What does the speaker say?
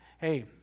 hey